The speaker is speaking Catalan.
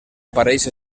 apareix